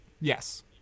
Yes